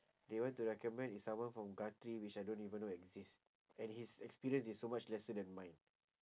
they want to recommend is someone from gathri which I don't even know exist and his experience is so much lesser than mine